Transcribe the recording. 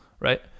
Right